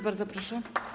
Bardzo proszę.